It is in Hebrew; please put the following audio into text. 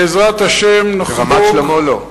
בעזרת השם, נחגוג, ברמת-שלמה לא.